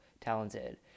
talented